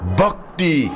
bhakti